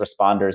responders